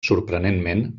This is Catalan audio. sorprenentment